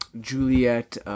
Juliet